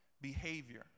behavior